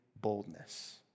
boldness